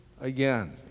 again